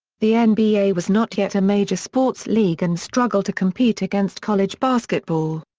the and nba was not yet a major sports league and struggled to compete against college basketball.